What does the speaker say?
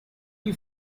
you